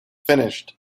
finished